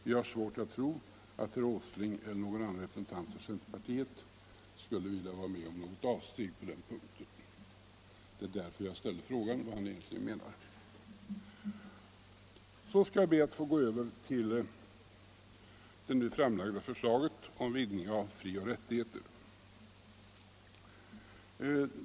Vi har svårt att tro att herr Åsling eller någon annan representant för centerpartiet skulle vilja vara med om något avsteg på den punkten. Det är därför jag ställer frågan vad han egentligen menar. Så skall jag be att få gå över till det nu framlagda förslaget om vidgning av frioch rättigheter.